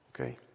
Okay